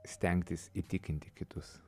stengtis įtikinti kitus